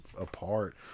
apart